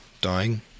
dying